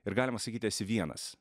ir galima sakyti esi vienas